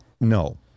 No